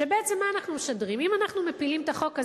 שבעצם מה אנחנו משדרים אם אנחנו מפילים את החוק,